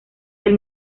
del